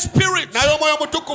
Spirit